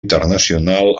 internacional